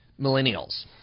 Millennials